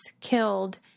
killed